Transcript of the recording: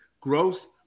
growth